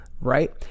right